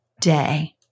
day